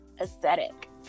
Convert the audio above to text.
aesthetic